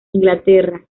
inglaterra